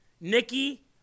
Nikki